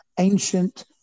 Ancient